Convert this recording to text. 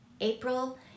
April